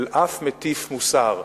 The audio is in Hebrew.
ואף מטיף מוסר,